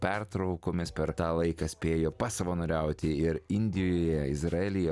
pertraukomis per tą laiką spėjo pasavanoriauti ir indijoje izraelyje